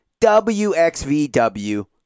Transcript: WXVW